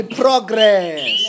progress